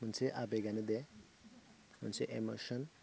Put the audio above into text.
मोनसे आबेकआनो दे मोनसे इमसोन